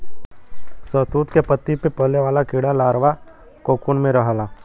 शहतूत के पत्ती पे पले वाला कीड़ा लार्वा कोकून में रहला